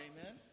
amen